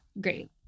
great